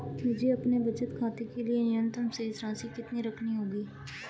मुझे अपने बचत खाते के लिए न्यूनतम शेष राशि कितनी रखनी होगी?